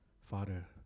Father